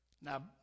now